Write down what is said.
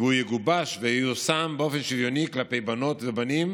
והוא יגובש וייושם באופן שוויוני כלפי בנות ובנים